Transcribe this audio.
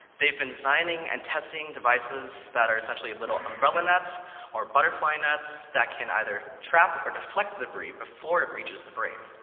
they've been designing and testing devices that are essentially little umbrella nets or butterfly nets that can either trap or deflect debris before it reaches the brain.